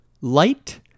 light